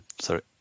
sorry